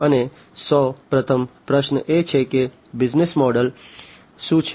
અને સૌ પ્રથમ પ્રશ્ન એ છે કે બિઝનેસ મોડલ શું છે